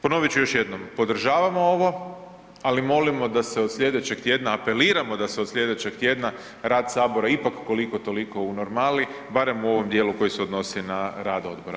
Ponovit ću još jednom, podržavamo ovo, ali molimo da se od sljedećeg tjedna, apeliramo da se od sljedećeg tjedna rad Sabora ipak koliko-toliko unormali, barem u ovom dijelu koji se odnosi na rad odbora.